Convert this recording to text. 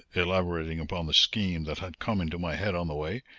elaborating upon the scheme that had come into my head on the way,